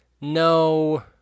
no